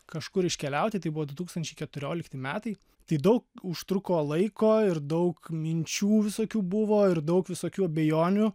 kažkur iškeliauti tai buvo du tūkstančiai keturiolikti metai tai daug užtruko laiko ir daug minčių visokių buvo ir daug visokių abejonių